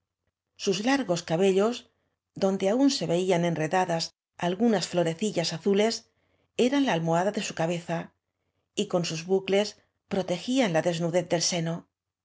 sus largos cabellos donde aún se veían enredadas algunas florecílías azules eran la almohada de su cabeza y con sus bucles protegían la desnuden del seno